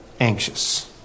anxious